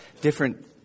different